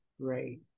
Great